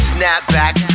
Snapback